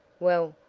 well,